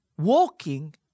Walking